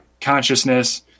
consciousness